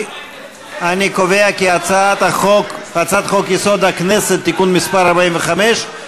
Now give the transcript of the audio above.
אני קובע כי הצעת חוק-יסוד: הכנסת (תיקון מס' 45)